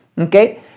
Okay